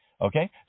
Okay